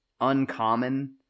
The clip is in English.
uncommon